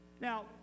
Now